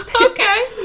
okay